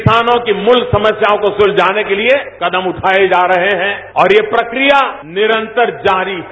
किसानों की मूल समस्याओं को सुलझाने के लिए कदम उगए जा रहे हैं और ये प्रक्रिया निस्तर जारी है